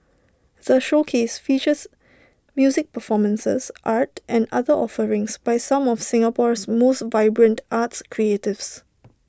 the showcase features music performances art and other offerings by some of Singapore's most vibrant arts creatives